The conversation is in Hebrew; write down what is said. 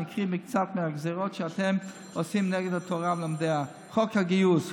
אני אקריא מקצת מהגזרות שאתם עושים נגד התורה ולומדיה: חוק הגיוס,